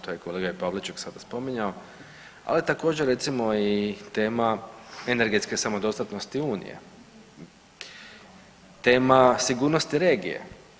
To je i kolega Pavliček sada spominjao, ali također recimo i tema energetske samodostatnosti Unije, tema sigurnosti regije.